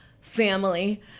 family